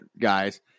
guys